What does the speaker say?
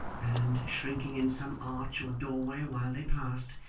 and, shrinking in some arch or doorway while they passed,